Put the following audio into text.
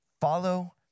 Follow